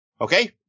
Okay